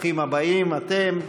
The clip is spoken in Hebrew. ברוכים הבאים אתם,